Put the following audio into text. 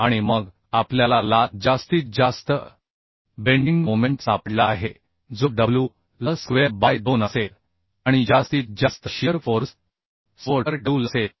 आणि मग आपल्याला ला जास्तीत जास्त bending मोमेंट सापडला आहे जो wl स्क्वेअर बाय 2 असेल आणि जास्तीत जास्त शिअर फोर्स सपोर्टवर wlअसेल